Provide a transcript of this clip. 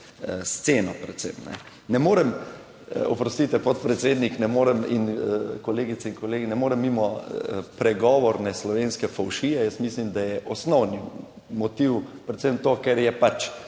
sceno predvsem. Oprostite podpredsednik, ne morem in kolegice in kolegi, ne morem mimo pregovorne slovenske fovšije. Jaz mislim, da je osnovni motiv predvsem to, ker je pač